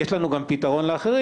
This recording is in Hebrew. יש לנו גם פתרון לאחרים,